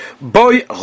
Boy